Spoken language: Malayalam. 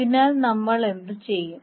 അതിനാൽ നമ്മൾ എന്തു ചെയ്യും